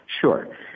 Sure